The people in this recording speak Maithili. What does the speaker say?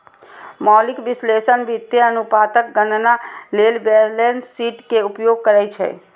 मौलिक विश्लेषक वित्तीय अनुपातक गणना लेल बैलेंस शीट के उपयोग करै छै